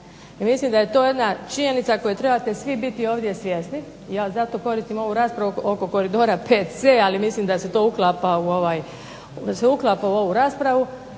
mislim da je to jedna činjenica koje trebate svi biti ovdje svjesni, ja zato koristim ovu raspravu oko koridora VC, ali mislim da se to uklapa u ovaj,